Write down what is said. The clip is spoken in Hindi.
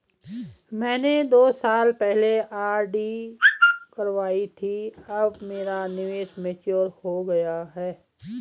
मैंने दो साल पहले आर.डी करवाई थी अब मेरा निवेश मैच्योर हो गया है